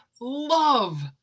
love